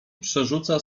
przerzuca